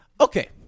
Okay